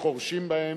חורשים בהם,